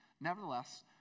Nevertheless